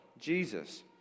Jesus